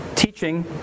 teaching